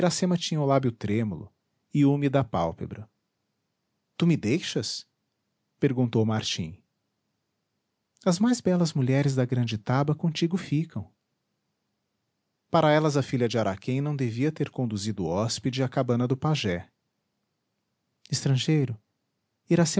iracema tinha o lábio trêmulo e úmida a pálpebra tu me deixas perguntou martim as mais belas mulheres da grande taba contigo ficam para elas a filha de araquém não devia ter conduzido o hóspede à cabana do pajé estrangeiro